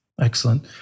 Excellent